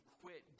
quit